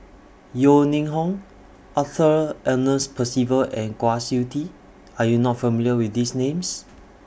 Yeo Ning Hong Arthur Ernest Percival and Kwa Siew Tee Are YOU not familiar with These Names